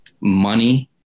money